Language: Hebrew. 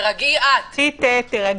שתי תה, תירגעי.